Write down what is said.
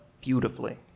beautifully